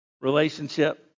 Relationship